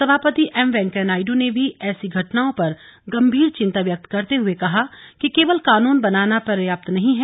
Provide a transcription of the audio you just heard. सभापति एम वेंकैया नायडू ने भी ऐसी घटनाओं पर गंभीर चिंता व्यक्त करते हुए कहा कि केवल कानून बनाना पर्याप्त नहीं है